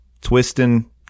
twisting